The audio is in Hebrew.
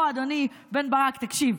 בוא, אדוני בן ברק, תקשיב.